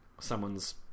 someone's